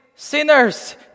Sinners